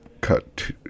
cut